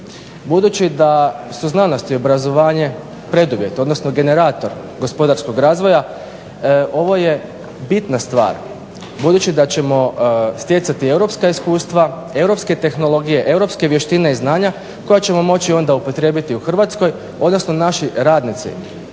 Budući da su znanost i obrazovanje preduvjet odnosno generator gospodarskog razvoja ovo je bitna stvar, budući da ćemo stjecati europska iskustva, europske tehnologije, europske vještine i znanja koja ćemo moći upotrijebiti u Hrvatskoj odnosno naši radnici